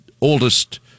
oldest